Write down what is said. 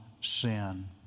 sin